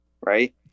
right